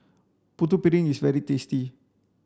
putu piring is very tasty